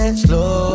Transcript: slow